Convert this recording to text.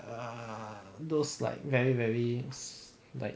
err those like very very like